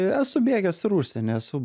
esu bėgęs ir užsieny esu